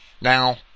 Now